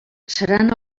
seran